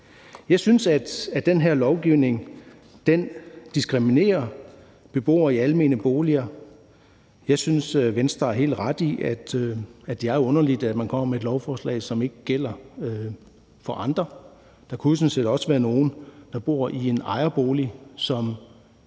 Jeg synes, at den her lovgivning diskriminerer beboere i almene boliger. Jeg synes, at Venstre har helt ret i, at det er underligt, at man kommer med et lovforslag, som ikke gælder for andre. Der kunne jo sådan set også være nogle, der boede i en ejerbolig, som